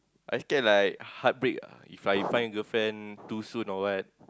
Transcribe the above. I scared like heartbreak ah If I find girlfriend too soon or what